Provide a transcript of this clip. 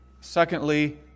secondly